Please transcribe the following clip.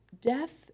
death